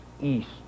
east